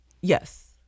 yes